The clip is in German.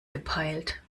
gepeilt